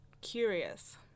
curious